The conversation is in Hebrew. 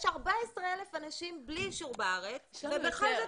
יש 14,000 אנשים בלי אישור בארץ ובכל זאת